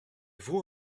vous